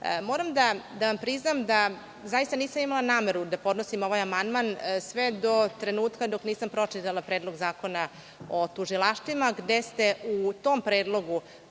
radu. Moram da vam priznam da zaista nisam imala nameru da podnosim ovaj amandman sve do trenutka dok nisam pročitala Predlog zakona o tužilaštvima